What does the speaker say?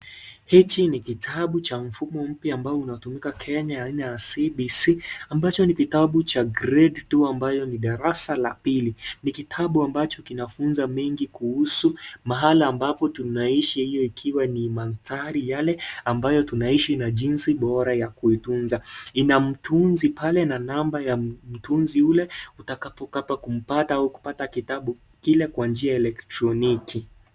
Hichi ni kitabu cha mfumo mpya ambao unatumika Kenya ya aina ya CBC, ambacho ni kitabu cha grade 2 ambayo ni darasa la pili. Ni kitabu ambacho kinafunza mengi kuhusu mahala ambapo tunaishi hiyo ikiwa ni manthari yale ambayo tunaishi na jinsi bora ya kuitunza. Inamtunzi pale na namba ya mtunzi ule, utakapo pata kumpata au kupata kitabu kile kwa njia ya elektroniki.